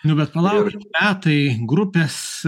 nu bet palaukit metai grupės